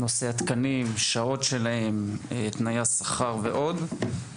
נושא התקנים, שעות שלהם, תנאי השכר ועוד.